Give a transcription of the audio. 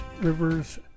rivers